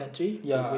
ya